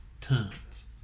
Tons